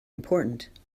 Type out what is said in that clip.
important